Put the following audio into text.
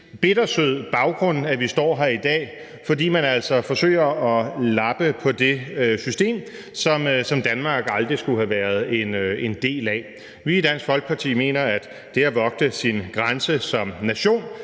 bittersød baggrund, at vi står her i dag, altså fordi man forsøger at lappe på det system, som Danmark aldrig skulle have været en del af. Vi i Dansk Folkeparti mener, at det at vogte sin grænse som nation